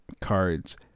cards